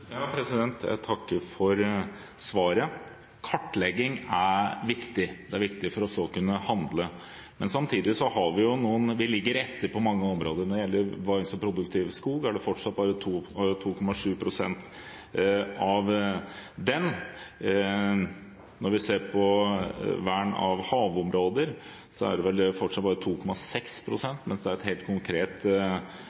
Jeg takker for svaret. Kartlegging er viktig. Det er viktig for å kunne handle, men samtidig ligger vi etter på mange områder. Når det gjelder produktiv skog, er det fortsatt bare 2,7 pst. av den som er vernet. Når vi ser på vern av havområder, er det vel fortsatt bare 2,6 pst., mens det er et helt konkret